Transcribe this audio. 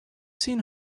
seen